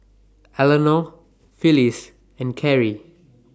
Elenore Phillis and Kerrie